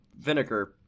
Vinegar